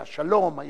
היה שלום,